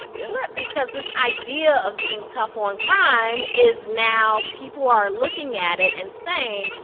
yeah. flipped. because this idea of being tough on crime is now people are looking at it and saying,